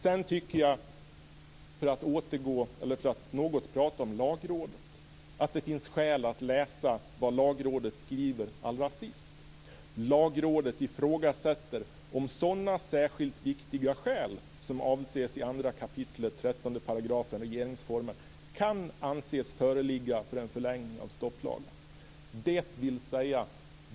Sedan tycker jag, för att också säga något om Lagrådet, att det finns skäl att läsa vad Lagrådet skriver allra sist i betänkandet: "Lagrådet ifrågasätter om sådana särskilt viktiga skäl som avses 2 kap. 13 § regeringsformen kan anses föreligga för en förlängning av stopplagen."